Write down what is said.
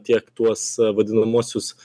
tiek tuos vadinamuosius